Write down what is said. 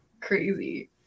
crazy